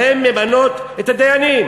הן ממנות את דיינים,